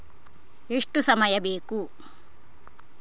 ಎಷ್ಟು ಸಮಯ ಬೇಕು?